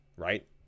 right